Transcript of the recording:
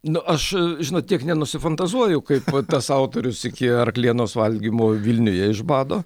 nu aš žinot tiek ne nusifantazuoju kaip tas autorius iki arklienos valgymo vilniuje iš bado